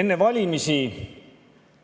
Enne valimisi